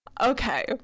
Okay